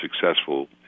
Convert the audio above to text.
successful